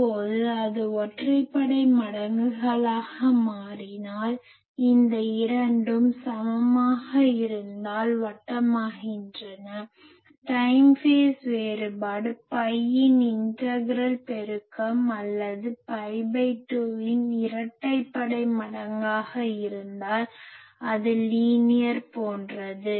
இப்போது அது ஒற்றைப்படை மடங்குகளாக மாறினால் இந்த இரண்டும் சமமாக இருந்தால் வட்டமாகின்றன டைம் ஃபேஸ் வேறுபாடு பையின் இன்டகிரல் பெருக்கம் அல்லது பை2 இன் இரட்டைப்படை மடங்காக இருந்தால் அது லீனியர் போன்றது